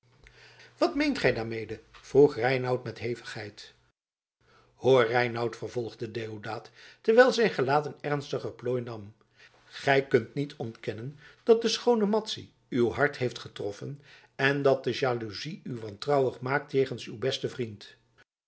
wat meent gij daarmede vroeg reinout met hevigheid hoor reinout vervolgde deodaat terwijl zijn gelaat een ernstiger plooi nam gij kunt niet ontkennen dat de schoone madzy uw hart heeft getroffen en dat de jaloezie u wantrouwig maakt jegens uw besten vriend